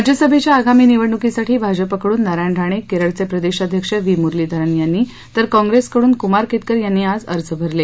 राज्यसभेच्या आगामी निवडणुकीसाठी भाजपाकडून नारायण राणे केरळचे प्रदेशाध्यक्ष व्ही मुरलीधरन यांनी तर कॉंग्रेसकडून कुमार केतकर यांनी आज अर्ज भरले